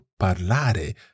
parlare